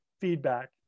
feedback